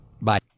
Bye